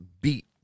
beat